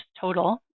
total